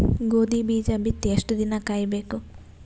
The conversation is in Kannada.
ಗೋಧಿ ಬೀಜ ಬಿತ್ತಿ ಎಷ್ಟು ದಿನ ಕಾಯಿಬೇಕು?